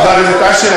חבר הכנסת אשר,